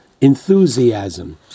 enthusiasm